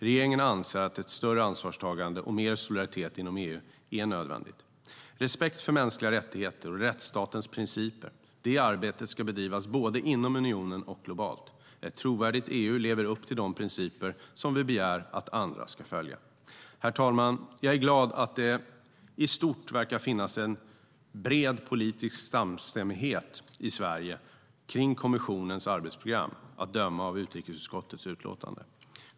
Regeringen anser att ett större ansvarstagande och mer solidaritet inom EU är nödvändigt. Herr talman! Jag är glad över att det i stort verkar finnas en bred politisk samstämmighet i Sverige kring kommissionens arbetsprogram, att döma av utrikesutskottets utlåtande.